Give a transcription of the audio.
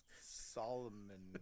Solomon